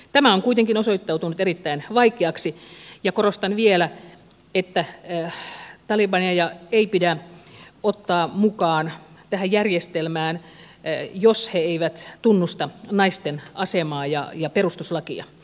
tämä on kuitenkin osoittautunut erittäin vaikeaksi ja korostan vielä että talibaneja ei pidä ottaa mukaan tähän järjestelmään jos he eivät tunnusta naisten asemaa ja perustuslakia